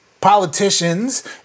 politicians